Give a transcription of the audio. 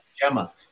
Gemma